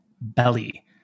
Belly